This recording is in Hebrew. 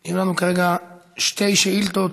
יש לנו כרגע שתי שאילתות: